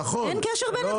אין קשר בין הדברים?